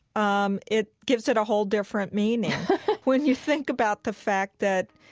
um it gives it a whole different meaning when you think about the fact that,